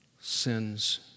sins